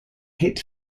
hit